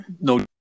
no